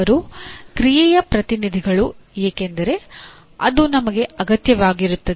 ಅವರು ಕ್ರಿಯೆಯ ಪ್ರತಿನಿಧಿಗಳು ಏಕೆಂದರೆ ಅದು ನಮಗೆ ಅಗತ್ಯವಾಗಿರುತ್ತದೆ